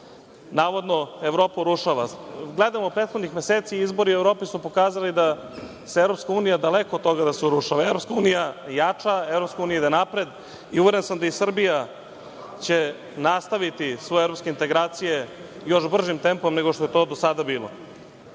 navodno Evropa urušava. Gledamo prethodnih meseci, izbori u Evropi su pokazali da je daleko od toga da se Evropska unija urušava, ona jača, ide napred i uveren sam da će i Srbija nastaviti svoje evropske integracije još bržim tempom nego što je to do sada bilo.